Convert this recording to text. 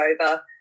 over